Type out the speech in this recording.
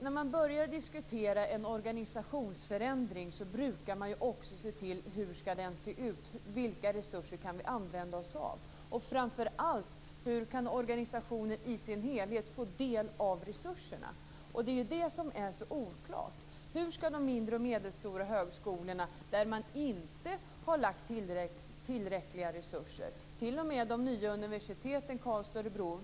När man börjar diskutera en organisationsförändring brukar man också diskutera hur den ska se ut, vilka resurser vi kan använda oss av och framför allt hur organisationen i sin helhet kan få del av resurserna. Det är ju detta som är så oklart. Man har inte lagt tillräckliga resurser på de mindre och medelstora högskolorna.